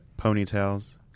Ponytails